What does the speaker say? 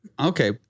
Okay